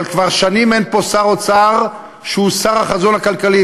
אבל כבר שנים אין פה שר אוצר שהוא שר החזון הכלכלי.